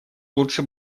лучше